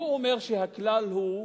הוא אומר שהכלל הוא: